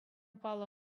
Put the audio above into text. паллӑ